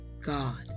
God